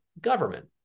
government